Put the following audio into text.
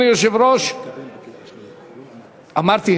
אמרתי,